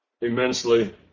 immensely